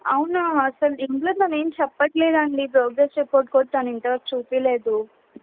అవునా అసలు ఇంట్లో తనేం చెప్పట్లేదండి ప్రోగ్రెస్ రిపోర్ట్ కూడా తను ఇంత వరకు చూపించలేదు